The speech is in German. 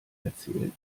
erzählt